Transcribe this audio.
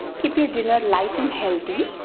keep your dinner light and healthy.